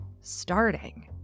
starting